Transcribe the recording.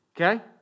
okay